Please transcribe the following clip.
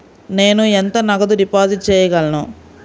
నేను ఎంత నగదు డిపాజిట్ చేయగలను?